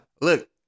Look